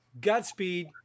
Godspeed